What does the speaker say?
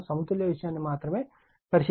మనము సమతుల్య విషయాన్ని మాత్రమే పరిశీలిస్తాము